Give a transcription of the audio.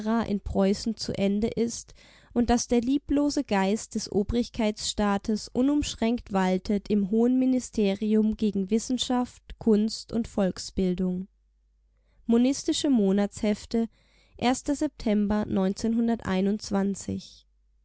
in preußen zu ende ist und daß der lieblose geist des obrigkeitsstaates unumschränkt waltet im hohen ministerium gegen wissenschaft kunst und volksbildung monistische monatshefte september